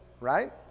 right